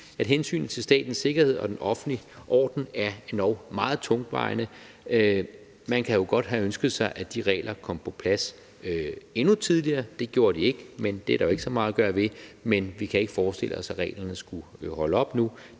at hensynet til statens sikkerhed og den offentlige orden er endog meget tungtvejende. Man kan jo godt have ønsket sig, at de regler kom på plads endnu tidligere, det gjorde de ikke, men det er der jo ikke så meget at gøre ved. Men vi kan ikke forestille os, at reglerne skulle holde op nu,